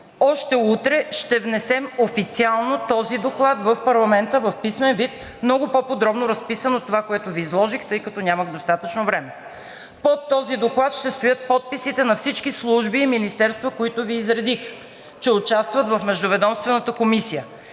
още утре ще внесем официално този доклад в парламента в писмен вид, много по-подробно разписан от това, което Ви изложих, тъй като нямах достатъчно време. Под този доклад ще стоят подписите на всички служби и министерства, които Ви изредих, че участват в Междуведомствената комисия.